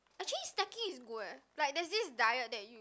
actually snacking is good eh like there's this diet that you